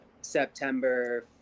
September